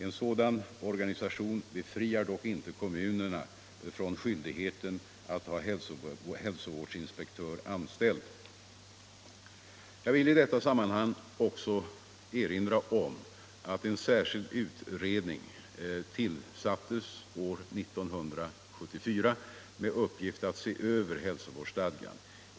En sådan organisation befriar dock inte kommunerna från skyldigheten att ha hälsovårdsinspektör anställd. Jag vill i detta sammanhang också erinra om att en särskild utredning tillsattes år 1974 med uppgift att se över hälsovårdsstadgan.